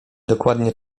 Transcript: dokładnie